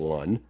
one